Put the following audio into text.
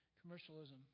commercialism